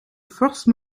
force